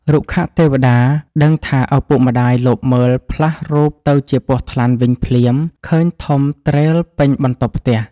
រុក្ខទេវតាដឹងថាឪពុកម្ដាយលបមើលផ្លាស់រូបទៅជាពស់ថ្លាន់វិញភ្លាម ឃើញធំទ្រេលពេញបន្ទប់ផ្ទះ ។